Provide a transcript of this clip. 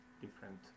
different